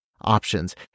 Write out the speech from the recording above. Options